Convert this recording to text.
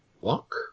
Walk